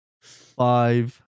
five